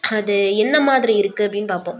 அது என்ன மாதிரி இருக்குது அப்படின்னு பார்ப்போம்